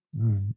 right